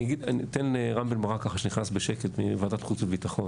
אני אתן לחבר הכנסת רם בן ברק שנכנס בשקט מוועדת חוץ וביטחון.